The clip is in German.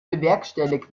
bewerkstelligt